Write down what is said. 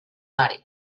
mare